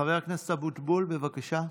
חבר הכנסת אבוטבול, בבקשה.